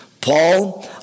Paul